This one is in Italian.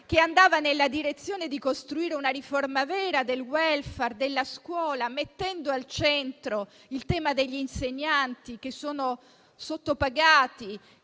che andava nella direzione di costruire una riforma vera del *welfare* della scuola, mettendo al centro il tema degli insegnanti, che sono sottopagati,